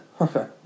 Okay